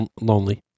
Lonely